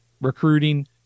recruiting